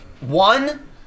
one